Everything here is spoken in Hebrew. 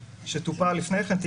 שטופל לפני כן,